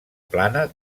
plana